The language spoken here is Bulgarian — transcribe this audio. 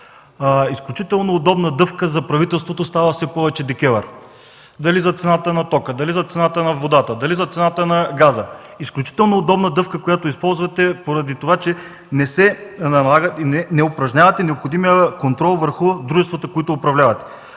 Изключително удобна дъвка за правителството става все повече ДКЕВР. Дали за цената на тока, дали за цената на водата, дали за цената на газа, изключително удобна дъвка, която използвате поради това, че не упражнявате необходимия контрол върху дружествата, които управлявате.